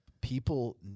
People